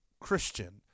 Christian